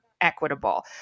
equitable